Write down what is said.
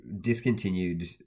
discontinued